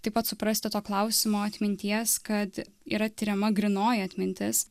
taip pat suprasti to klausimo atminties kad yra tiriama grynoji atmintis